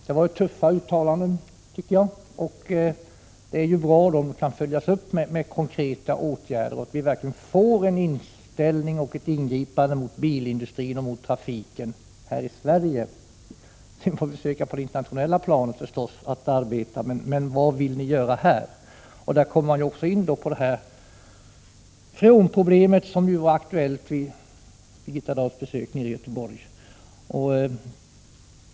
Där gjordes tuffa uttalanden. Det är bra om de kan följas upp med konkreta åtgärder så att det verkligen sker ingripanden mot bilindustrin och trafiken här i Sverige. Sedan får vi även försöka arbeta på det internationella planet. Men vad vill Birgitta Dahl göra här? Även freonproblemet kommer in. Det var aktuellt vid Birgitta Dahls besök i Göteborg.